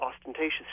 ostentatious